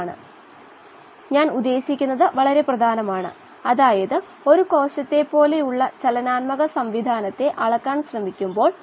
വായു ഓക്സിജൻ പൂരിതമാകുമ്പോൾ ദ്രാവകത്തിൽ ഒരു നിശ്ചിത അളവ് ഓക്സിജൻ ഉണ്ട്